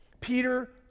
Peter